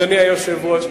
אדוני היושב-ראש,